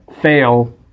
fail